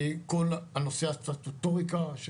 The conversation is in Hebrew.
כל נושא הסטטוטוריקה,